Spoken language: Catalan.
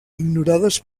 ignorades